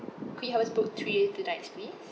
could you help us book three day two nights please